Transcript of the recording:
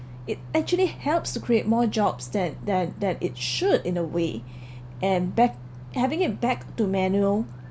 it actually helps to create more jobs that that that it should in a way and back having it back to manual